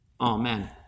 Amen